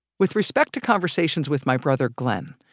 with respect to conversations with my brother glenn,